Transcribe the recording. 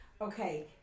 okay